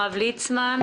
הרב ליצמן,